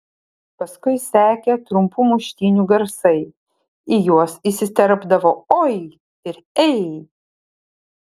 paskui sekė trumpų muštynių garsai į juos įsiterpdavo oi ir ei